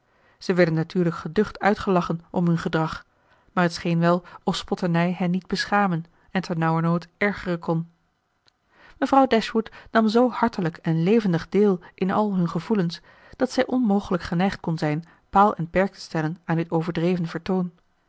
ze werden natuurlijk geducht uitgelachen om hun gedrag maar het scheen wel of spotternij hen niet beschamen en ternauwernood ergeren kon mevrouw dashwood nam zoo hartelijk en levendig deel in al hun gevoelens dat zij onmogelijk geneigd kon zijn paal en perk te stellen aan dit overdreven vertoon